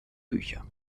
bücher